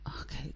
Okay